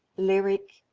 lyric,